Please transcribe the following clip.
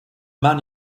man